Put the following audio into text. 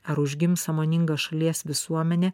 ar užgims sąmoninga šalies visuomenė